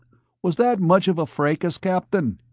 was that much of a fracas, captain?